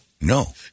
No